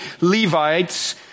Levites